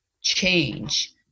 change